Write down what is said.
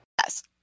Yes